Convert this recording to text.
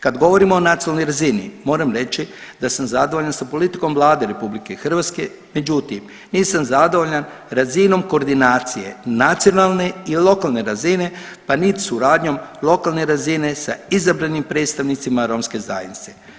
Kad govorimo o nacionalnoj razini moram reći da sam zadovoljan sa politikom Vladom RH, međutim nisam zadovoljan razinom koordinacije nacionalne i lokalne razine, pa nit suradnjom lokalne razine sa izabranim predstavnicima romske zajednice.